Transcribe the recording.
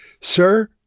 Sir